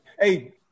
Hey